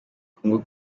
congo